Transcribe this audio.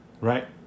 Right